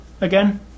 again